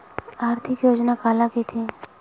आर्थिक योजना काला कइथे?